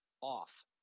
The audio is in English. off